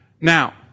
Now